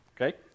Okay